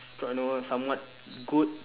you know somewhat good